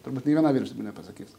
turbūt nei viena vyriausybė nepasakys